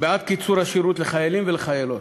בעד קיצור השירות לחיילים ולחיילות.